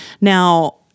Now